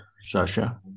Sasha